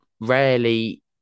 rarely